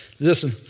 Listen